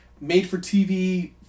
made-for-TV